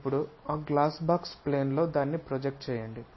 ఇప్పుడు ఆ glass box plane లో దాన్ని ప్రొజెక్ట్ చేయండి